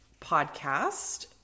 podcast